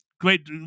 great